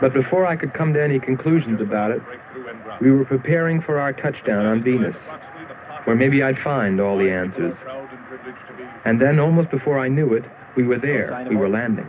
but before i could come to any conclusions about it we were preparing for our touchdown on venus or maybe i'd find all the answers and then almost before i knew it we were there we were land